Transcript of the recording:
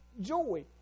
joy